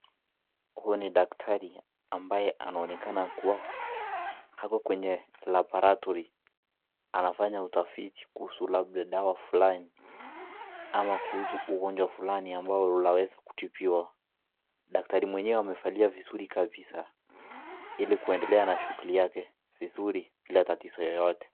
Huyu ni daktari ambaye anaonekana kuwa ako kwenye labaratory anafanya utafiti kuhusu labda dawa fulani ama kuhusu ugonjwa fulani ambao unaweza kutibiwa. Daktari mwenyewe amevalia vizuri kabisa ili kuendelea na shughuli yake vizuri bila tatizo yoyote.